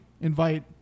Invite